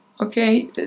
Okay